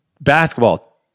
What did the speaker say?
Basketball